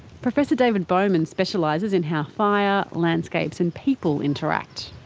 professor david bowman specialises in how fire, landscapes and people interact.